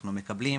אנחנו מקבלים